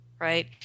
Right